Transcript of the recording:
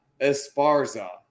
esparza